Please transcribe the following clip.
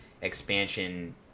expansion